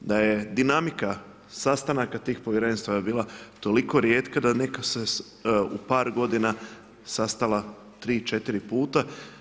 Da je dinamika sastanaka tih povjerenstva bila toliko rijetka, da netko se u par godina sastala 3, 4 puta.